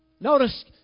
Notice